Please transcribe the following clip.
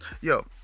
Yo